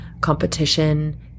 competition